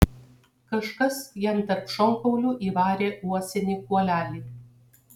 kažkas jam tarp šonkaulių įvarė uosinį kuolelį